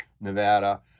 Nevada